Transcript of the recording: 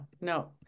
no